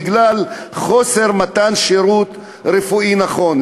בגלל חוסר מתן שירות רפואי נכון.